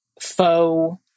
faux